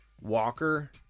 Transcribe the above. Walker